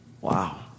Wow